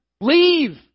leave